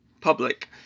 Public